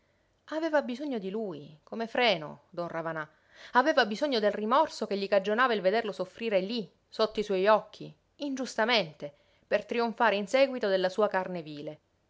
aveva bisogno di lui come freno don ravanà aveva bisogno del rimorso che gli cagionava il vederlo soffrire lí sotto i suoi occhi ingiustamente per trionfare in seguito della sua carne vile